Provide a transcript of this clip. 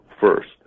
first